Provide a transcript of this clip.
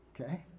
Okay